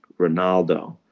Ronaldo